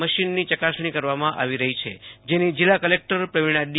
મશીનની યકાસણી કરવામાં આવી રૂઠી છે જેની જિલ્લા કલેક્ટર પ્રવિણા ડી